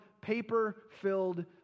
paper-filled